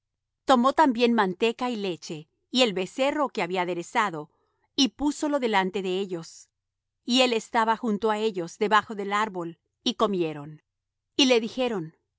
tomó también manteca y leche y el becerro que había aderezado y púsolo delante de ellos y él estaba junto á ellos debajo del árbol y comieron y le dijeron